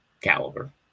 caliber